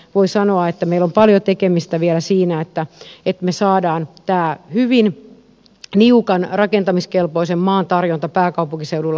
voi sanoa että meillä on vielä paljon tekemistä siinä että me saamme tämän hyvin niukan rakentamiskelpoisen maan tarjonnan pääkaupunkiseudulla kuntoon